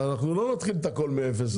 אנחנו לא נתחיל את הכל מאפס עכשיו.